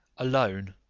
alone,